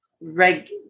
reg